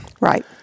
Right